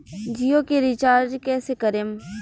जियो के रीचार्ज कैसे करेम?